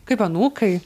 kaip anūkai